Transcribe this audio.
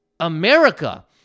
America